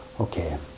okay